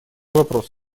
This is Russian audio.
вопроса